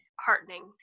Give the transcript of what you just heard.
heartening